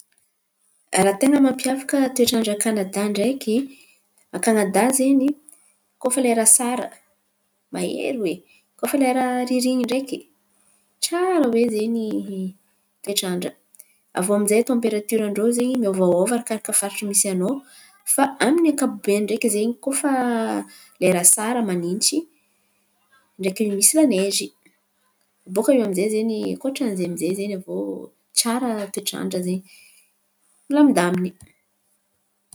Raha ten̈a mampiavaka toetrandra a Kanadà ndreky, a Kanadà zen̈y koa fa lera asara, mahery oe. Koa fa lera ririn̈iny ndreky, tsara oe zen̈y toetrandra. Aviô aminjay tamperatirandrô zen̈y miôvaôva arakaraka faritry misy an̈ao fa amin'ny ankapobeny ndreky zen̈y koa fa lera asara manintsy ndreky misy lanezy bòka iô aminjay zen̈y ankoatrany zen̈y aminjay aviô tsara toetrandra amizay zen̈y, milamindamin̈y.